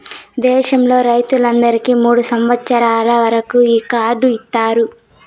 దేశంలో రైతులందరికీ మూడు సంవచ్చరాల వరకు ఈ కార్డు ఇత్తారు